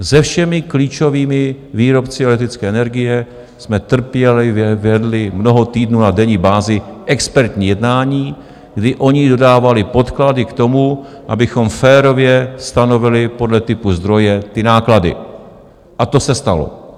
Se všemi klíčovými výrobci elektrické energie jsme trpělivě vedli mnoho týdnů na denní bázi expertní jednání, kdy oni dodávali podklady k tomu, abychom férově stanovili podle typu zdroje ty náklady, a to se stalo.